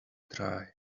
dry